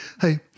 Hey